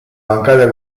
mancata